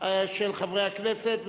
של חברי הכנסת.